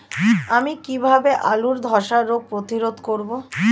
আমি কিভাবে আলুর ধ্বসা রোগ প্রতিরোধ করব?